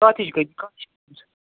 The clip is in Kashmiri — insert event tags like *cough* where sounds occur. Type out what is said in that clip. کَتھ ہِش گلِی *unintelligible*